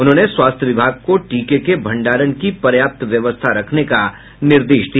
उन्होंने स्वास्थ्य विभाग को टीके के भंडारण की पर्याप्त व्यवस्था रखने का निर्देश दिया